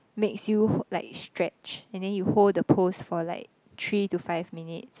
makes you like stretch and then you hold the poles for like three to five minutes